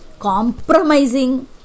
compromising